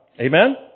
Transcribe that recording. Amen